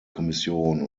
kommission